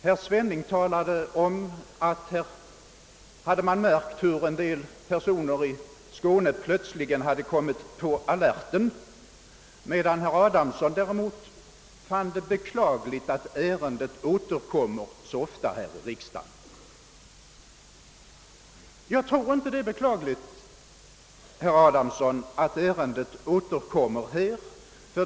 Herr Svenning talade om att han märkt hur en del personer i Skåne »plötsligt hade kommit på alerten», medan herr Adamsson däremot fann det beklagligt att ärendet återkommer så ofta här i riksdagen. Jag tror inte ati det är beklagligt, herr Adamsson, att ärendet återkommer.